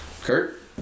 Kurt